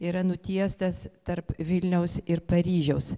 yra nutiestas tarp vilniaus ir paryžiaus